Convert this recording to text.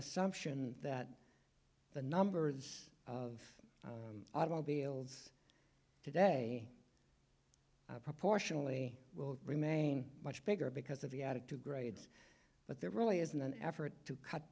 assumption that the numbers of automobiles today proportionally will remain much bigger because of the added two grades but there really isn't an effort to cut